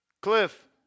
Cliff